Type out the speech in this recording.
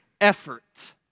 effort